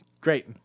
great